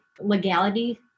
legality